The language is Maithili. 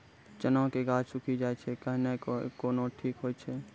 चना के गाछ सुखी सुखी जाए छै कहना को ना ठीक हो छै?